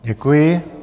Děkuji.